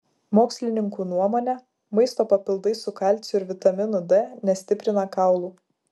mokslininkų nuomone maisto papildai su kalciu ir vitaminu d nestiprina kaulų